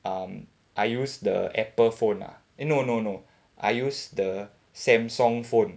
um I use the Apple phone lah eh no no no I use the Samsung phone